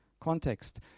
context